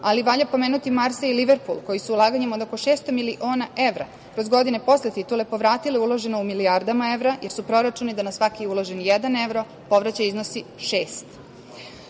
ali valja pomenuti Marsej i Liverpul, koji su ulaganjima od oko 600 miliona evra kroz godine posle titule povratile uloženo u milijardima evra, jer su proračuni da na svaki uloženi jedan evro povraćaj iznosi